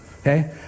Okay